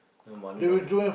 no money money